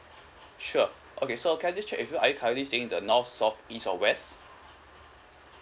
sure okay so can I just check with you are you currently staying in the north south east or west